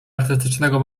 artystycznego